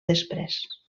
després